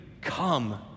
come